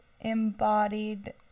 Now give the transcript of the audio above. embodied